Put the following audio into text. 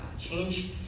Change